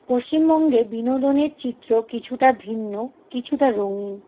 পশ্চিমবঙ্গে বিনোদনের চিত্র কিছুটা ভিন্ন কিছুটা রঙিন